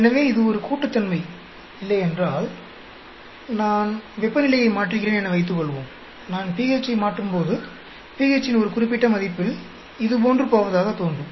எனவே இது ஒரு கூட்டுத்தன்மை இல்லையென்றால் நான் வெப்பநிலையை மாற்றுகிறேன் என வைத்துக்கொள்வோம் நான் pH ஐ மாற்றும்போது pH இன் ஒரு குறிப்பிட்ட மதிப்பில் இதுபோன்று போவதாக தோன்றும்